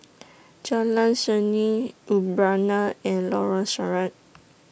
Jalan Seni Urbana and Lorong Sarhad